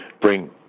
bring